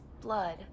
blood